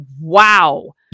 wow